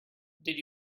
did